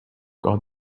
got